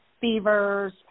fevers